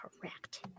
correct